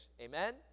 Amen